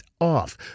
off